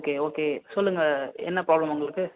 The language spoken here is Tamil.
ஓகே ஓகே சொல்லுங்கள் என்ன ப்ராப்ளம் உங்களுக்கு